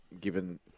given